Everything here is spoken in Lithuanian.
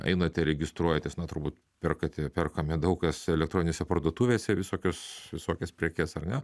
einate registruojatės na turbūt perkate perkame daug kas elektroninėse parduotuvėse visokius visokias prekes ar ne